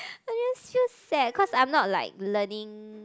I just feel sad cause I'm not like learning